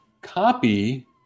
copy